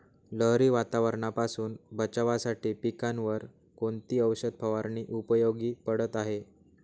लहरी वातावरणापासून बचावासाठी पिकांवर कोणती औषध फवारणी उपयोगी पडत आहे?